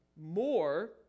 more